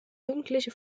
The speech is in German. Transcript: jugendliche